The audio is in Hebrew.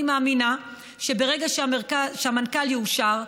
אני מאמינה שברגע שהמנכ"ל יאושר,